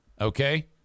okay